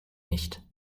nicht